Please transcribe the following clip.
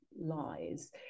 lies